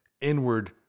inward